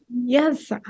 Yes